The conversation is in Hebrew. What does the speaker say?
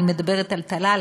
ואני מדברת על עמותת תל"ל,